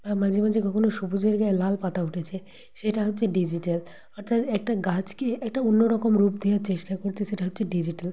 বা মাঝে মাঝে কখনও সবুজের গায়ে লাল পাতা উটেছে সেটা হচ্ছে ডিজিটাল অর্থাৎ একটা গাছকে একটা অন্য রকম রূপ দেওয়ার চেষ্টা করছে সেটা হচ্ছে ডিজিটাল